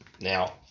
now